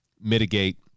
mitigate